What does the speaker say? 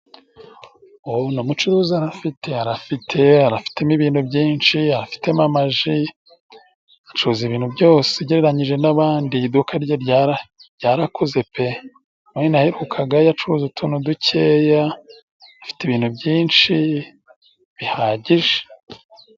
Uno mucuruzi arafite arafite arafitemo ibintu byinshi arafitemo amaji, acuruza ibintu byose ugereranyije n'abandi, iduka rye ryara ryarakuze pe! ubundi naherukagayo acuruza utuntu dukeya afite ibintu byinshi bihagije.